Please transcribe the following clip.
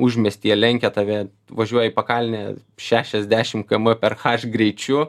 užmiestyje lenkia tave važiuoja į pakalnę šešiasdešim km per h greičiu